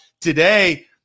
today